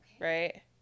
Right